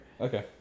Okay